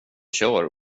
kör